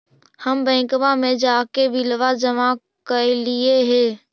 हम बैंकवा मे जाके बिलवा जमा कैलिऐ हे?